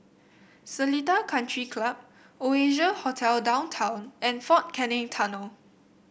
Seletar Country Club Oasia Hotel Downtown and Fort Canning Tunnel